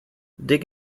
dig